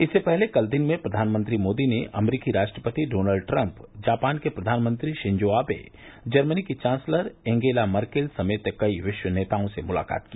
इससे पहले कल दिन में प्रधानमंत्री मोदी ने अमरीकी राष्ट्रपति डोनल्ड ट्रंप जापान के प्रधानमंत्री शिंजो आवे जर्मनी की चासलर एंगेला मर्केल समेत कई विश्व नेताओं से मुलाकात की